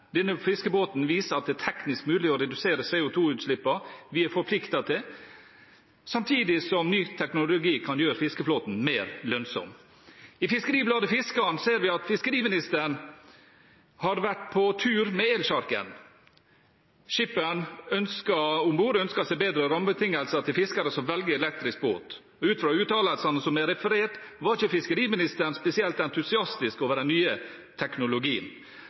Denne fiskebåten viser at det er teknisk mulig å redusere CO2-utslippene vi er forpliktet til, samtidig som ny teknologi kan gjøre fiskeflåten mer lønnsom. I Fiskeribladet Fiskaren ser vi at fiskeriministeren har vært på tur med elsjarken. Skipperen om bord ønsket seg bedre rammebetingelser til fiskere som velger elektrisk båt. Ut fra uttalelsene som er referert, var ikke fiskeriministeren spesielt entusiastisk over den nye teknologien.